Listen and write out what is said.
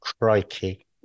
crikey